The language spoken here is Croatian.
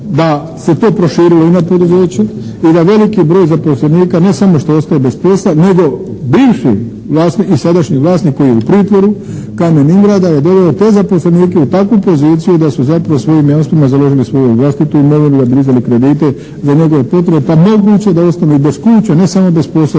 da se to proširilo i na poduzeće, i da veliki zaposlenika ne samo što ostaje bez posla nego bivši i sadašnji vlasnik koji je u pritvoru Kamen Ingrada je doveo te zaposlenike u takvu poziciju da su zapravo svojim jamstvima založili svoju vlastitu imovinu da bi dizali kredite za njegove potrebe pa moguće da ostanu i bez kuća a ne samo bez posla